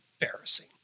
embarrassing